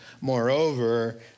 moreover